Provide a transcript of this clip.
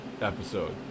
episode